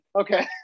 okay